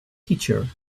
teacher